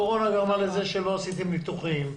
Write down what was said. קורונה גרמה לזה שלא עשיתם ניתוחים.